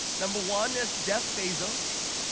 number one is jeff bezos.